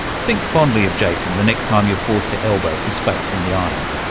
think fondly of jason the next time you're forced to elbow for space in the aisle.